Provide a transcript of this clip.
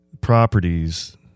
properties